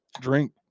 drink